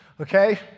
okay